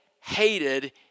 hated